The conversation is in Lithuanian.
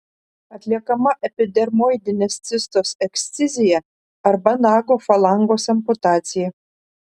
atliekama epidermoidinės cistos ekscizija arba nago falangos amputacija